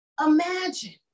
Imagine